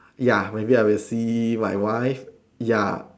ya maybe I will see my wife ya